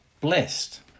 blessed